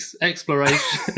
exploration